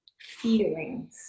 feelings